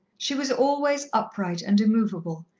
she was always upright and immovable,